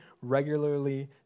regularly